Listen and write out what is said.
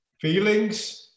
feelings